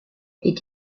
est